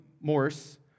Morse